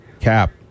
Cap